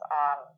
on